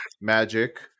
Magic